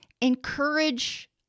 encourage